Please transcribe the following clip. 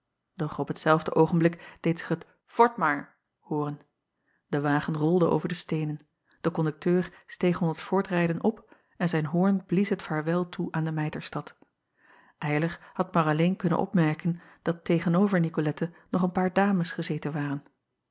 doch op t zelfde oogenblik deed zich het vort maar hooren de wagen rolde over de steenen de kondukteur steeg onder t voortrijden op en zijn hoorn blies het vaarwel toe aan de ijterstad ylar had maar alleen kunnen opmerken dat tegen-over icolette nog een paar dames gezeten waren